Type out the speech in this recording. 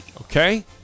Okay